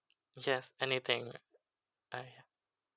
yes anything I uh